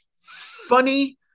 funny